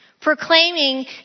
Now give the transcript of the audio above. Proclaiming